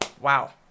wow